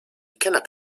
cannot